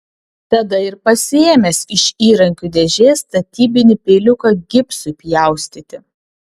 tada ir pasiėmęs iš įrankių dėžės statybinį peiliuką gipsui pjaustyti